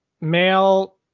male